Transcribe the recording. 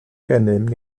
gennym